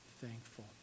thankful